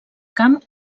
camp